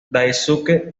daisuke